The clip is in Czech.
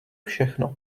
všechno